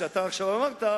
שאתה עכשיו אמרת,